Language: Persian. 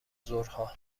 ظهرها